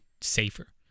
safer